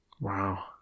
wow